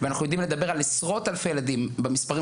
ואנחנו יודעים לדבר על עשרות אלפי ילדים במספרים